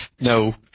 No